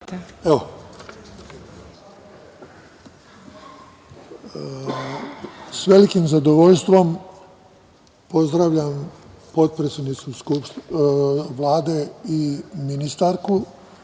Sa velikim zadovljstvom pozdravljam potpredsednicu Vlade i ministarku